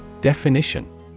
Definition